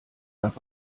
darf